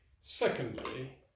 Secondly